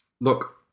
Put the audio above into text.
Look